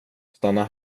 stanna